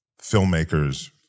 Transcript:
filmmakers